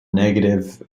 negative